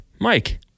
Mike